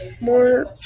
more